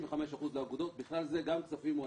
65% לאגודות, בכלל זה גם כספים מועדפים.